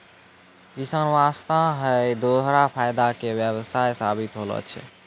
किसान वास्तॅ है दोहरा फायदा के व्यवसाय साबित होय छै